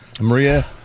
Maria